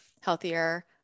healthier